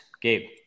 Gabe